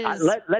Let